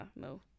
no